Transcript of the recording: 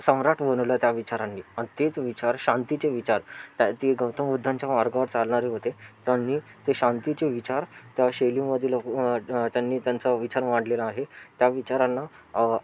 सम्राट बनवलं त्या विचारांनी आणि तेच विचार शांतीचे विचार त्या ते गौतम बुद्धांच्या मार्गावर चालणारे होते त्यांनी ते शांतीचे विचार त्या शैलीमधील त्यांनी त्यांचा विचार मांडलेला आहे त्या विचारांना